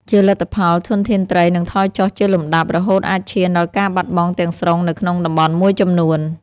ជាលទ្ធផល ធនធានត្រីនឹងថយចុះជាលំដាប់ រហូតអាចឈានដល់ការបាត់បង់ទាំងស្រុងនៅក្នុងតំបន់មួយចំនួន។